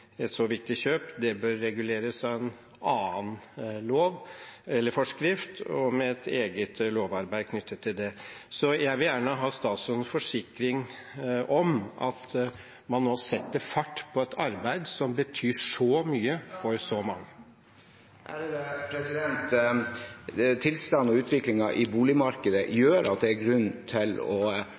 et så viktig kjøp bør reguleres av en annen lov eller forskrift og med et eget lovarbeid knyttet til det. Jeg vil gjerne ha statsrådens forsikring om at man nå setter fart på et arbeid som betyr så mye for så mange. Tilstanden og utviklingen i boligmarkedet gjør at det er grunn til å